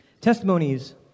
Testimonies